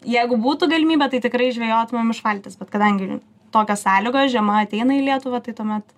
jeigu būtų galimybė tai tikrai žvejotumėm iš valties bet kadangi tokios sąlygos žiema ateina į lietuvą tai tuomet